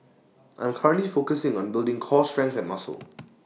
I am currently focusing on building core strength and muscle